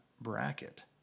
bracket